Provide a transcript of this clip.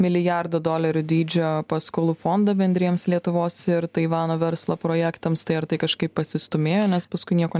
milijardo dolerių dydžio paskolų fondą bendriems lietuvos ir taivano verslo projektams tai ar tai kažkaip pasistūmėjo nes paskui nieko